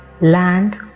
land